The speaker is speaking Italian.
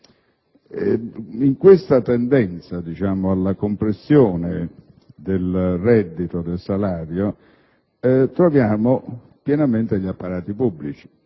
In questa tendenza alla compressione del reddito da stipendio o salario troviamo pienamente gli apparati pubblici.